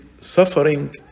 suffering